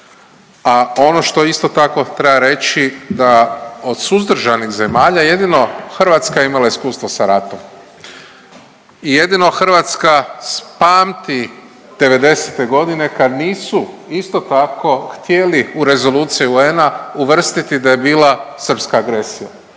a ono što isto tako treba reći da od suzdržanih zemalja jedino Hrvatska imala iskustvo sa ratom i jedino Hrvatska pamti 90-e godine kad nisu isto tako, htjeli u rezoluciji UN-a uvrstiti da je bila srpska agresija